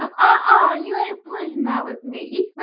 uh-uh, ah you ain't bringing that with me